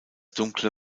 dunkle